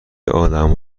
آدم